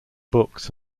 books